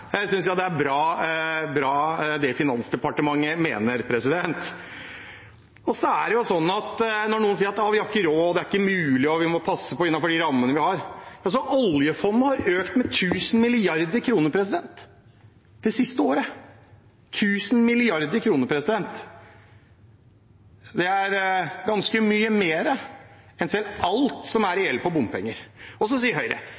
synes jeg det Finansdepartementet mener, er bra. Og så er det jo sånn at når noen sier at vi ikke har råd, det er ikke mulig, og vi må passe på innenfor de rammene vi har: Oljefondet har økt med 1 000 mrd. kr det siste året – 1 000 mrd. kr. Det er ganske mye mer enn alt som er i gjeld på bompenger. Og så sier Høyre: